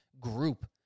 group